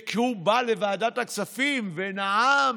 וכשהוא בא לוועדת הכספים ונאם